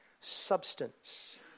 substance